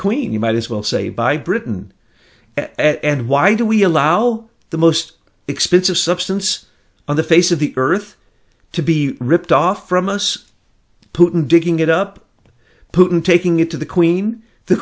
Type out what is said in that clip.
queen you might as well say by britain at end why do we allow the most expensive substance on the face of the earth to be ripped off from us putin digging it up putin taking it to the queen the